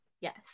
yes